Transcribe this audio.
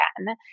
again